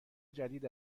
جدید